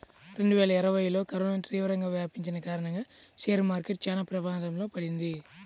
రెండువేల ఇరవైలో కరోనా తీవ్రంగా వ్యాపించిన కారణంగా షేర్ మార్కెట్ చానా ప్రమాదంలో పడింది